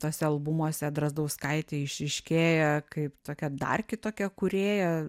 tuose albumuose drazdauskaitė išryškėja kaip tokia dar kitokia kūrėja